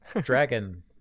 Dragon